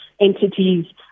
entities